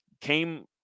came